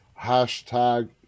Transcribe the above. Hashtag